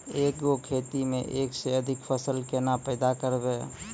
एक गो खेतो मे एक से अधिक फसल केना पैदा करबै?